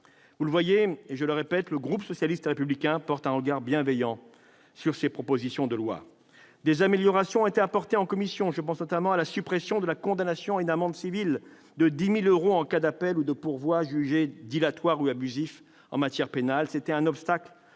Vous le voyez, je le répète, le groupe socialiste et républicain porte un regard bienveillant sur les présentes propositions de loi. Des améliorations ont été apportées en commission ; je pense notamment à la suppression de la condamnation à une amende civile de 10 000 euros en cas d'appel ou de pourvoi jugé dilatoire ou abusif en matière pénale. C'était un obstacle